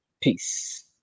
peace